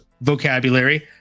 vocabulary